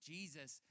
Jesus